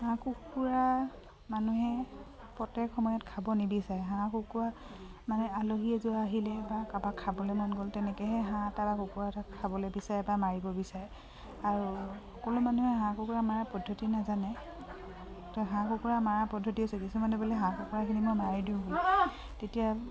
হাঁহ কুকুৰা মানুহে প্ৰত্যেক সময়ত খাব নিবিচাৰে হাঁহ কুকুৰা মানে আলহী এযোৰা আহিলে বা কাৰোবাক খাবলৈ মন গ'ল তেনেকৈহে হাঁহ এটা বা কুকুৰা এটা খাবলৈ বিচাৰে বা মাৰিব বিচাৰে আৰু সকলো মানুহে হাঁহ কুকুৰা মৰা পদ্ধতি নাজানে তো হাঁহ কুকুৰা মৰাৰ পদ্ধতিও আছে কিছুমানে বোলে হাঁহ কুকুৰাখিনি মই মাৰি দিওঁ তেতিয়া